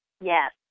Yes